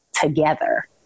together